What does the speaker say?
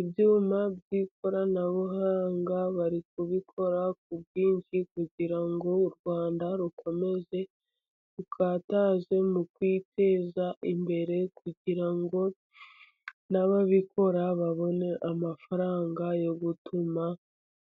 Ibyuma by'ikoranabuhanga bari kubikora ku bwinshi, kugira ngo u Rwanda rukomeze rukataze mu kwiteza imbere, kugira ngo n'ababikora babone amafaranga yo gutuma